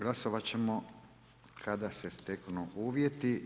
Glasovat ćemo kada se steknu uvjeti.